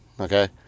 okay